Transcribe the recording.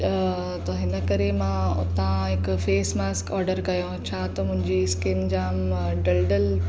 त हिन करे मां हुतां हिकु फेसमास्क ऑडर कयो छा त मुंहिंजी स्किन जामु डल डल